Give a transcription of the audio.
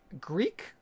Greek